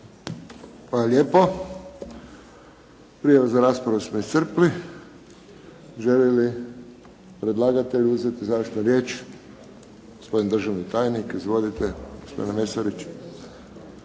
Hvala lijepo. Prijave za raspravu smo iscrpili. Želi li predlagatelj uzeti završnu riječ? Gospodin državni tajnik, izvolite gospodine Mesarić.